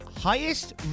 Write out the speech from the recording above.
highest